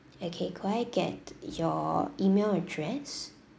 okay could I get your email address